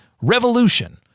revolution